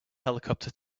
helicopter